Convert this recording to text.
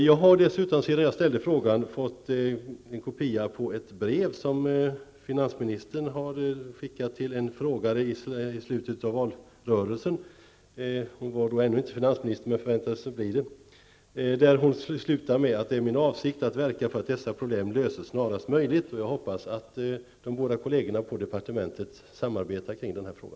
Jag har sedan jag ställde frågan fått en kopia av ett brev som finansministern skickade till en frågeställare i slutet av valrörelsen. Hon var då ännu inte finansminister men förväntades bli det. Hon slutade brevet med att säga att det är hennes avsikt att verka för att dessa problem skall lösas snarast möjligt. Jag hoppas att de båda kollegorna på departementet samarbetar kring denna fråga.